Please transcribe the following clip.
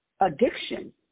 addiction